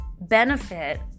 benefit